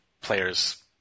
players